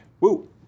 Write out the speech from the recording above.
Woo